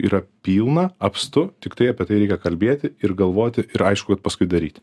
yra pilna apstu tiktai apie tai reikia kalbėti ir galvoti ir aišku kad paskui daryti